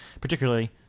particularly